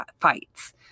fights